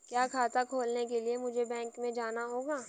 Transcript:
क्या खाता खोलने के लिए मुझे बैंक में जाना होगा?